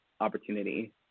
opportunity